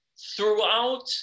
Throughout